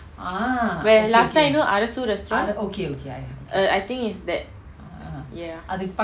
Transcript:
where last time you know arasu restaurant err I think is that ya